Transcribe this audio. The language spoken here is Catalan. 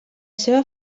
seva